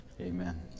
amen